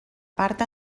part